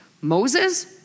Moses